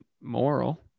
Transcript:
moral